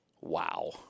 Wow